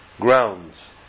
grounds